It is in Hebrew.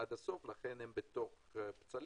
עד הסוף לכן הם בתוך בצלים.